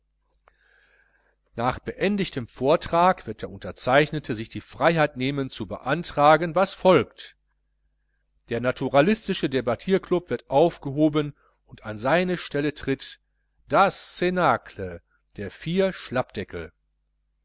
nach beendigtem vortrag wird der unterzeichnete sich die freiheit nehmen zu beantragen was folgt der naturalistische debattirklub wird aufgehoben und an seine stelle tritt das cnacle der vier